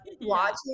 watching